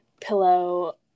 pillow